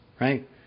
right